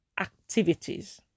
activities